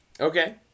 Okay